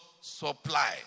supply